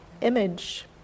image